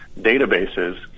databases